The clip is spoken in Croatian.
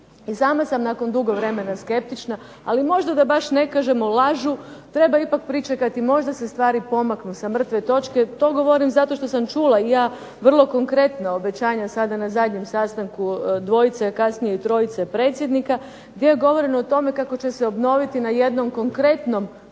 sama sam nakon dugo vremena skeptična, ali možda da baš ne kažemo lažu. Treba ipak pričekati, možda se stvari pomaknu sa mrtve točke. To govorim zato što sam čula i ja vrlo konkretna obećanja sada na zadnjem sastanku dvojice, a kasnije i trojice predsjednika gdje je govoreno o tome kako će se obnoviti na jednom konkretnom